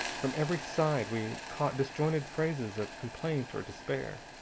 from every side we caught disjointed phrases of complaint or despair.